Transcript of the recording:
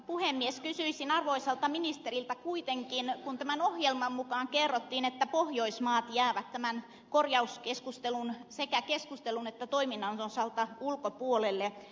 kysyisin arvoisalta ministeriltä kuitenkin kun tämän ohjelman mukaan kerrottiin että pohjoismaat jäävät sekä tämän korjauskeskustelun että toiminnan osalta ulkopuolelle